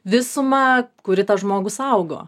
visumą kuri tą žmogų saugo